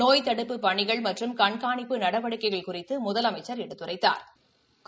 நோய் தடுப்பு பணிகள் மற்றும் கண்காணிப்பு நடவடிக்கைகள் குறித்து முதலமைச்சள் எடுத்துரைத்தாா்